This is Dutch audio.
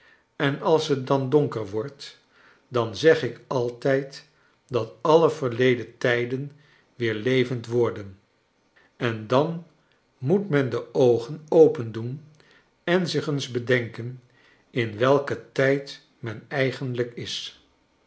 en als het dan donker wordt dan zeg ik altijd dat alle verleden tijden weer levend worden en dan moet men de oogen opendoen en zich eens bedenken in welken tijd men eigenlijk is